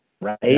right